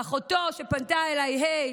ואחותו שפנתה אליי, ה',